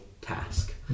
task